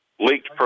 leaked